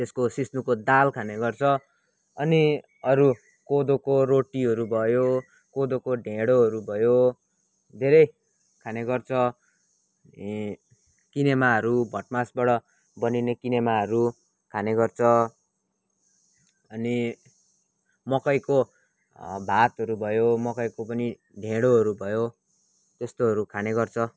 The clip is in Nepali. त्यसको सिस्नुको दाल खाने गर्छ अनि अरू कोदोको रोटीहरू भयो कोदोको ढिँडोहरू भयो धेरै खाने गर्छ किनेमाहरू भटमासबाट बनिने किनेमाहरू खाने गर्छ अनि मकैको भातहरू भयो मकैको पनि ढिँडोहरू भयो त्यस्तोहरू खाने गर्छ